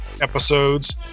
episodes